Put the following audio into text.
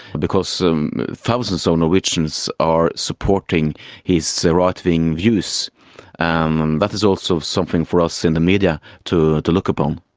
because um thousands so norwegians are supporting his so right-wing views and that is also something for us in the media to to look upon.